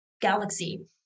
galaxy